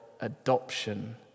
adoption